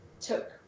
took